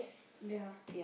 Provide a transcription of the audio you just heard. ya